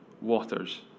waters